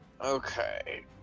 Okay